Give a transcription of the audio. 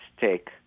take